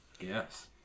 yes